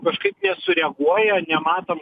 kažkaip sureaguoja nematom